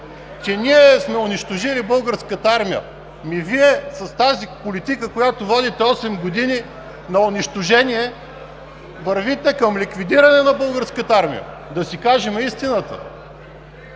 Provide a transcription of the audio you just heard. че ние сме унищожили Българската армия?! Вие с политиката, която водите осем години – на унищожение, вървите към ликвидиране на Българската армия. Да си кажем истината!